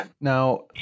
Now